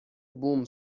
بوم